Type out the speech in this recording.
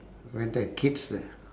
when there're kids there